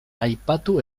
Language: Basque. aipatu